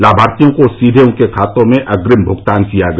लाभार्थियों को सीधे उनके खातों में अग्रिम भुगतान किया गया